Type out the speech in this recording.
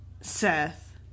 Seth